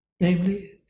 namely